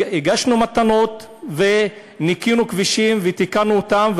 הגשנו מתנות וניקינו כבישים ותיקנו אותם.